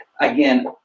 again